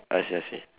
I see I see